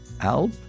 ALP